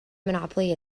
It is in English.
monopoly